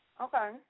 Okay